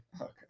okay